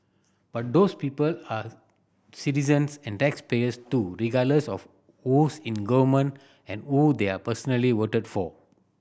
but those people are citizens and taxpayers too regardless of who's in government and who they are personally voted for